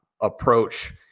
approach